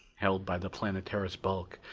held by the planetara's bulk,